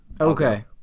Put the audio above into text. okay